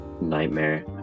nightmare